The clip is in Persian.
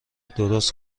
درست